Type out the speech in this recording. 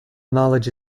knowledge